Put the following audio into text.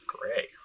gray